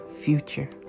future